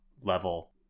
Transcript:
level